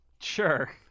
Sure